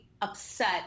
upset